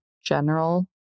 general